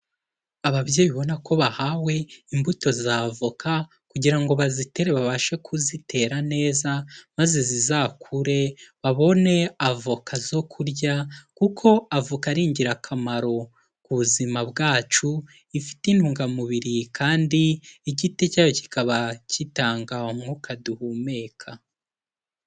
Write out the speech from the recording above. Ababyeyi ubona ko bahawe imbuto za avoka, kugira ngo bazitere babashe kuzitera neza, maze zizakure babone avoka zo kurya, kuko avoka ari ingirakamaro ku buzima bwacu, ifite intungamubiri kandi igiti cyayo kikaba gitanga umwuka duhumeka.